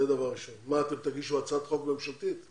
אתם תגישו הצעת חוק ממשלתית?